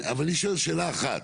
אבל, אני שואל שאלה אחת.